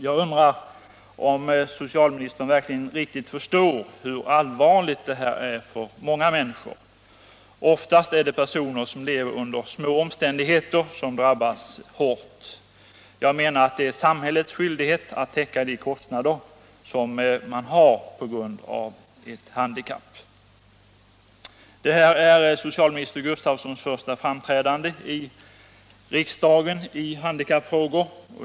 Jag undrar om socialministern verkligen riktigt förstår hur allvarligt det här är för många människor. Oftast är det personer som lever under små omständigheter som drabbas hårt. Jag menar att det är samhällets skyldighet att täcka de kostnader man har på grund av ett handikapp. Det här är socialminister Gustavssons första framträdande i riksdagen i handikappfrågor.